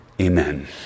Amen